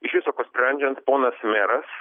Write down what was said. iš visko ko sprendžiant ponas meras